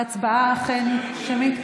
ההצבעה אכן שמית.